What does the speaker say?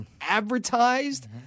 advertised